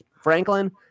Franklin